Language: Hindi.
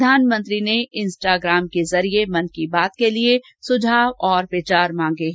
प्रधानमंत्री ने इंस्टाग्राम के जरिये मन की बात के लिए सुझाव और विचार मांगे हैं